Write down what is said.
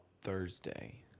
Thursday